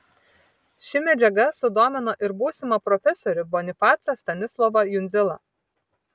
ši medžiaga sudomino ir būsimą profesorių bonifacą stanislovą jundzilą